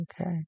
Okay